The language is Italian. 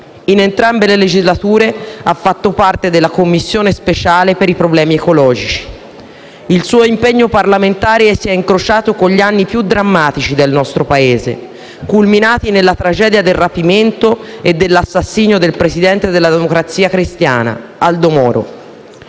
In entrambe le legislature ha fatto parte della Commissione speciale per i problemi ecologici. Il suo impegno parlamentare si è incrociato con gli anni più drammatici del nostro Paese, culminati nella tragedia del rapimento e dell'assassinio del presidente della Democrazia Cristiana, Aldo Moro.